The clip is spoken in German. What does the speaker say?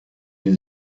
die